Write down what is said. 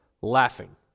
laughing